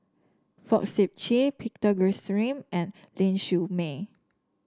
Fong Sip Chee Peter Gilchrist and Ling Siew May